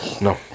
no